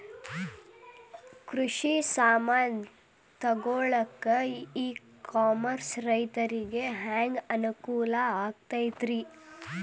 ಕೃಷಿ ಸಾಮಾನ್ ತಗೊಳಕ್ಕ ಇ ಕಾಮರ್ಸ್ ರೈತರಿಗೆ ಹ್ಯಾಂಗ್ ಅನುಕೂಲ ಆಕ್ಕೈತ್ರಿ?